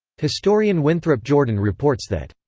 historian winthrop jordan reports that,